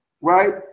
right